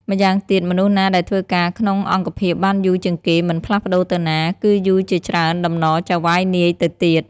ម្យ៉ាងទៀត មនុស្សណាដែលធ្វើការក្នុងអង្គភាពបានយូរជាងគេមិនផ្លាស់ប្ដូរទៅណា គឺយូរជាច្រើនតំណចៅហ្វាយនាយទៅទៀត ។